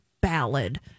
ballad